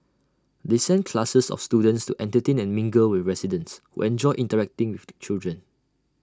they send classes of students to entertain and mingle with residents who enjoy interacting with the children